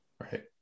right